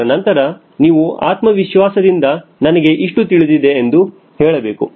ಅದರ ನಂತರ ನೀವು ಆತ್ಮವಿಶ್ವಾಸದಿಂದ ನನಗೆ ಇಷ್ಟು ತಿಳಿದಿದೆ ಎಂದು ಹೇಳಬೇಕು